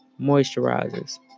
moisturizers